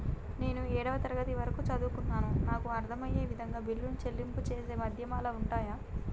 నేను ఏడవ తరగతి వరకు చదువుకున్నాను నాకు అర్దం అయ్యే విధంగా బిల్లుల చెల్లింపు చేసే మాధ్యమాలు ఉంటయా?